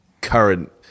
current